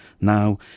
now